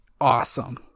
Awesome